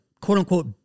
quote-unquote